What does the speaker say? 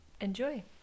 Enjoy